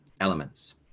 elements